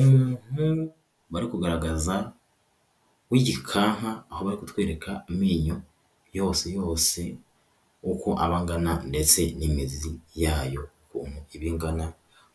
Umuntu bari kugaragaza w'igikanka, aho bari kutwereka amenyo yose yose uko aba angana ndetse n'imizi yayo ukuntu iba ingana